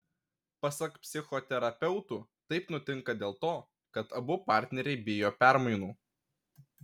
pasak psichoterapeutų taip nutinka dėl to kad abu partneriai bijo permainų